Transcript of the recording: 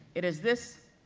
it is this,